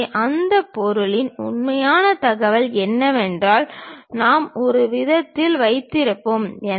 எனவே அந்த பொருளின் உண்மையான தகவல் என்னவென்பதை நாம் ஒருவிதத்தில் வைத்திருப்போம்